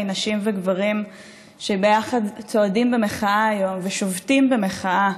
נשים וגברים שביחד צועדים במחאה היום ושובתים במחאה